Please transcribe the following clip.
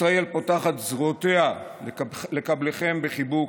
ישראל פותחת את זרועותיה לקבלכם בחיבוק,